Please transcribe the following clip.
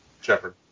Shepard